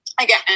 Again